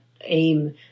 aim